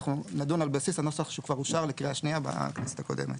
אנחנו נדון על בסיס הנוסח שכבר אושר לקריאה שנייה בכנסת הקודמת.